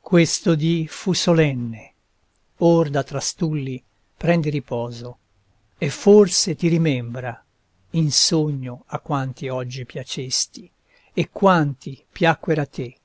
questo dì fu solenne or da trastulli prendi riposo e forse ti rimembra in sogno a quanti oggi piacesti e quanti piacquero a te